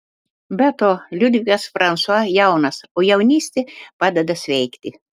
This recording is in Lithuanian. be to liudvikas fransua jaunas o jaunystė padeda sveikti